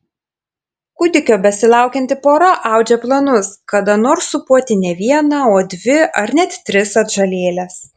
kūdikio besilaukianti pora audžia planus kada nors sūpuoti ne vieną o dvi ar net tris atžalėles